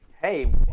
hey